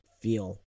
feel